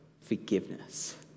forgiveness